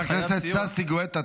חבר הכנסת ששי גואטה,